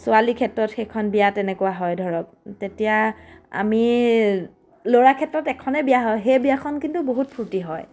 ছোৱালীৰ ক্ষেত্ৰত সেইখন বিয়া তেনেকুৱা হয় ধৰক তেতিয়া আমি ল'ৰা ক্ষেত্ৰত এখনেই বিয়া হয় সেই বিয়াখন কিন্তু বহুত ফূৰ্তি হয়